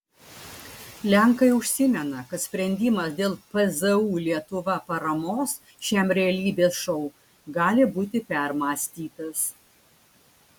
lenkai užsimena kad sprendimas dėl pzu lietuva paramos šiam realybės šou gali būti permąstytas